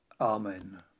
Amen